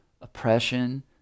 oppression